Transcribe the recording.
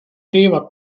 teevad